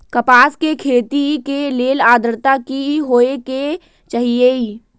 कपास के खेती के लेल अद्रता की होए के चहिऐई?